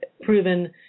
proven